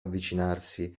avvicinarsi